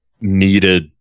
needed